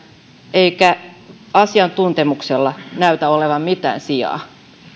eikä asiantuntemuksella näytä olevan mitään sijaa